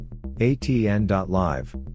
atn.live